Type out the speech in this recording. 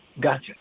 Gotcha